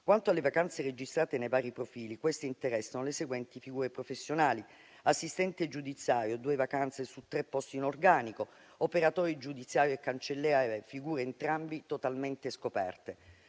Quanto alle vacanze registrate nei vari profili, queste interessano le seguenti figure professionali: assistente giudiziario, 2 vacanze su 3 posti in organico; operatore giudiziario e cancellerie, figure entrambe totalmente scoperte.